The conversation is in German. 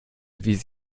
erwies